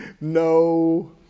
no